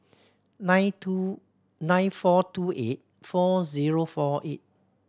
nine two nine four two eight four zero four eight